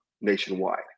nationwide